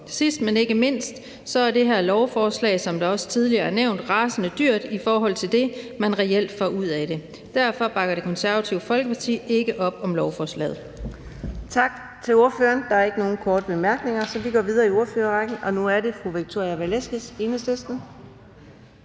Sidst, men ikke mindst, er det her lovforslag, som det også tidligere er nævnt, rasende dyrt i forhold til det, man reelt får ud af det. Derfor bakker Det Konservative Folkeparti ikke op om lovforslaget. Kl. 15:27 Anden næstformand (Karina Adsbøl): Tak til ordføreren. Der er ikke nogen korte bemærkninger, så vi går videre i ordførerrækken, og nu er det fru Victoria Velasquez, Enhedslisten.